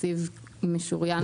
תקציב משוריין לזה.